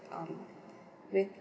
um with